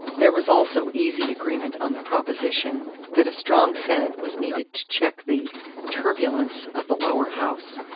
there was also easy agreement on the proposition that a strong senate was needed to check the turbulence of the lower house.